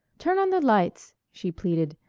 turn on the lights, she pleaded.